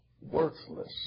worthless